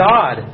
God